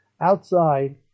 outside